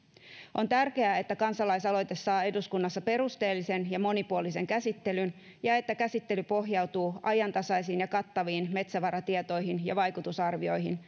on tärkeää että kansalaisaloite saa eduskunnassa perusteellisen ja monipuolisen käsittelyn ja että käsittely pohjautuu ajantasaisiin ja kattaviin metsävaratietoihin ja vaikutusarvioihin